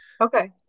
Okay